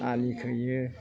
आलि खोयो